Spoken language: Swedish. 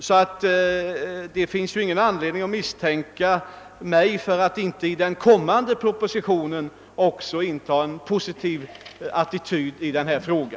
Det finns alltså ingen anledning att misstänka mig för att i den kommande propositionen inte vilja inta en positiv attityd i denna fråga.